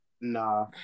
Nah